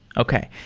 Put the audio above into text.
okay.